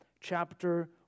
chapter